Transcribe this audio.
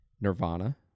Nirvana